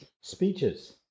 speeches